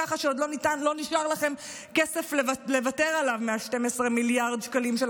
ככה שלא נשאר לכם כסף לוותר עליו מה-12 מיליארד שקלים של